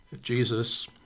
Jesus